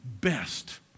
best